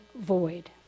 void